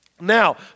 Now